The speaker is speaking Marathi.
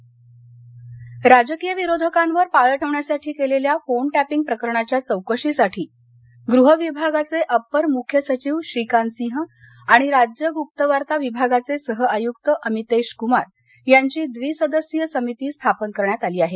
फोन टॅपिंग राजकीय विरोधकांवर पाळत ठेवण्यासाठी केलेल्या फोन टॅपिंग प्रकरणाच्या चौकशीसाठी गृह विभागाचे अपर मुख्य सचिव श्रीकांत सिंह आणि राज्य गृप्तवार्ता विभागाचे सहआयुक्त अमितेश कृमार यांची द्विसदस्यीय समिती स्थापन करण्यात आली आहे